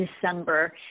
December